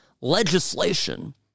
legislation